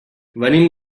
venim